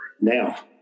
Now